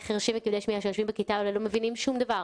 חירשים וכבדי שמיעה שיושבים בכיתה לא מבינים שום דבר,